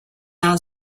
are